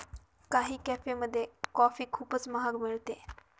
काही कॅफेमध्ये कॉफी खूपच महाग मिळते